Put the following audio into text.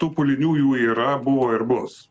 tų pulinių yra buvo ir bus